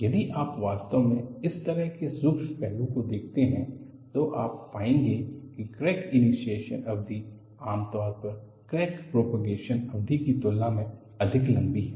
यदि आप वास्तव में इस तरह के सूक्ष्म पहलू को देखते हैं तो आप पाएंगे कि क्रैक इनीसीएसन अवधि आमतौर पर क्रैक प्रॉपगेसन अवधि की तुलना में अधिक लंबी है